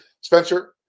Spencer